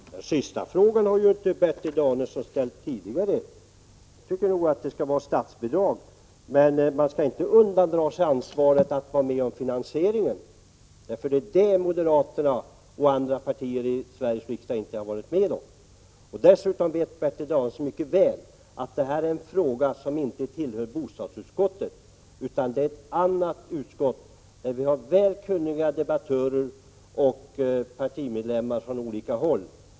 Herr talman! Den sista frågan har ju inte Bertil Danielsson ställt tidigare. Jag tycker nog att det skall ges statsbidrag, men man skall inte undandra sig ansvaret för att vara med om finansieringen. Det har moderaterna och andra partier i Sveriges riksdag gjort. Dessutom vet Bertil Danielsson mycket väl att det är en fråga som inte behandlas av bostadsutskottet utan av ett annat utskott, där vi från olika håll har mycket kunniga debattörer och partimedlemmar.